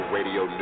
Radio